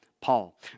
Paul